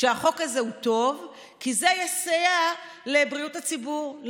שהחוק הזה הוא טוב כי זה יסייע לבריאות הציבור,